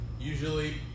usually